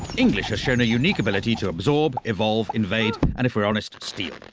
english has shown a unique ability to absorb, evolve, invade and if we're honest, steal.